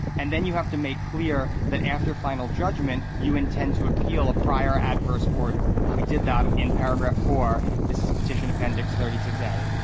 and then you have to make clear that after final judgment, you intend to appeal a prior adverse order. we did that in paragraph four. this is petition appendix thirty six a.